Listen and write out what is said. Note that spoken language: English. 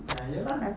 uh ya lah